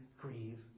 grieve